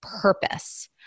purpose